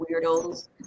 weirdos